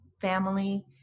family